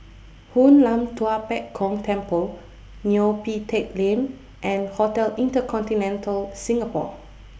Hoon Lam Tua Pek Kong Temple Neo Pee Teck Lane and Hotel InterContinental Singapore